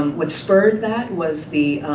um what spurred that was the